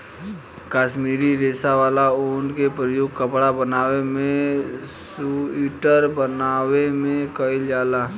काश्मीरी रेशा वाला ऊन के प्रयोग कपड़ा बनावे में सुइटर बनावे में कईल जाला